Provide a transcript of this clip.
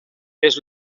fes